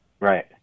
right